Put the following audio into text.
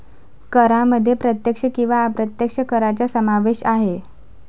करांमध्ये प्रत्यक्ष किंवा अप्रत्यक्ष करांचा समावेश आहे